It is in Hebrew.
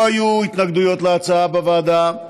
לא היו התנגדויות להצעה בוועדה,